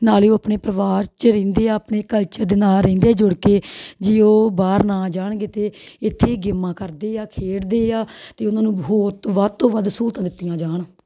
ਨਾਲੇ ਉਹ ਆਪਣੇ ਪਰਿਵਾਰ 'ਚ ਰਹਿੰਦੇ ਆ ਆਪਣੇ ਕਲਚਰ ਦੇ ਨਾਲ ਰਹਿੰਦੇ ਜੁੜ ਕੇ ਜੇ ਉਹ ਬਾਹਰ ਨਾ ਜਾਣਗੇ ਤਾਂ ਇੱਥੇ ਗੇਮਾਂ ਕਰਦੇ ਆ ਖੇਡਦੇ ਆ ਅਤੇ ਉਹਨਾਂ ਨੂੰ ਬਹੁਤ ਵੱਧ ਤੋਂ ਵੱਧ ਸੂਲਤਾਂ ਦਿੱਤੀਆਂ ਜਾਣ